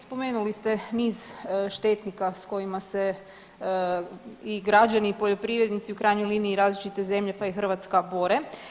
Spomenuli ste niz štetnika s kojima se i građani i poljoprivrednici i u krajnjoj liniji različite zemlje pa i Hrvatska bore.